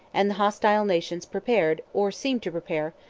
and the hostile nations prepared, or seemed to prepare,